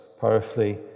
powerfully